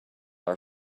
are